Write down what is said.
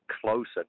closer